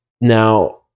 now